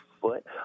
foot